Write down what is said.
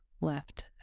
left